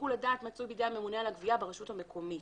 שיקול הדעת מצוי בידי הממונה על הגבייה ברשות המקומית